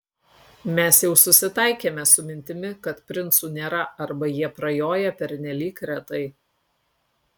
mes jau susitaikėme su mintimi kad princų nėra arba jie prajoja pernelyg retai